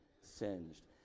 singed